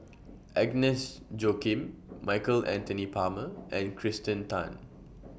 Agnes Joaquim Michael Anthony Palmer and Kirsten Tan